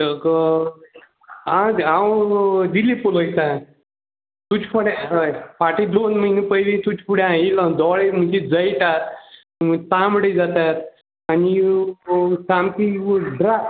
गो आज हांव दिली पूल वयता चुच फुडें हय फाटीं दोन म्हयने पयलीं चुच फुडें आयिल्लो दोळे म्हणजे जैटात तांबडे जातात आनी सामकी ड्रा